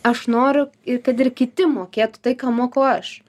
aš noriu ir kad ir kiti mokėtų tai ką moku aš